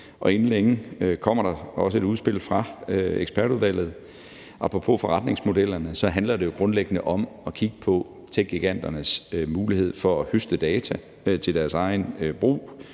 inden længe kommer der også et udspil fra ekspertudvalget. Apropos forretningsmodellerne handler det jo grundlæggende om at kigge på techgiganternes mulighed for at høste data til deres eget brug;